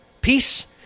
Peace